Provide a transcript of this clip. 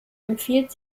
empfiehlt